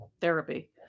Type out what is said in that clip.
therapy